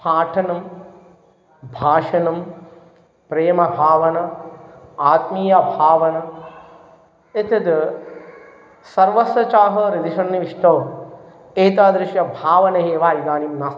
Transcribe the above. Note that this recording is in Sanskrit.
पाठनं भाषणं प्रेमभावनम् आत्मीयभावनं एतत् सर्वस्य चाहं हृदि सन्निविष्टो एतादृश भावन एव इदानीं नास्ति